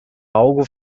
algo